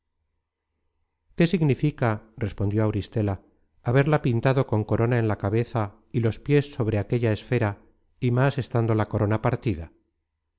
qué significa respondió auristela haberla pintado con corona en la cabeza y los pies sobre aquella esfera y más estando la corona partida